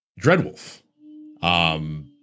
Dreadwolf